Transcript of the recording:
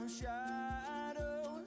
shadows